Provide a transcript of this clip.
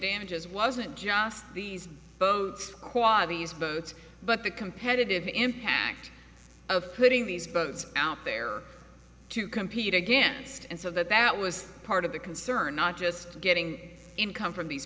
damages wasn't just these qualities but but the competitive impact of putting these boats out there to compete against and so that that was part of the concern not just getting income from these